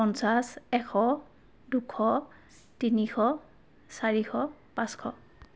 পঞ্চাছ এশ দুশ তিনিশ চাৰিশ পাঁচশ